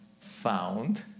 found